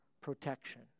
protection